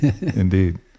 indeed